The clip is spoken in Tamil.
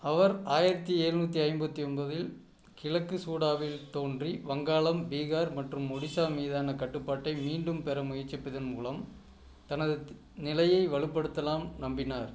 அவர் ஆயிரத்தி எழுநூத்தி ஐம்பத்தி ஒன்பதில் கிழக்கு சுடாவில் தோன்றி வங்காளம் பீகார் மற்றும் ஒடிசா மீதான கட்டுப்பாட்டை மீண்டும் பெற முயற்சிப்பதன் மூலம் தனது நிலையை வலுப்படுத்தலாம் நம்பினார்